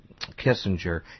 Kissinger